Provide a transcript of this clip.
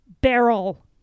barrel